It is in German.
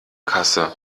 kasse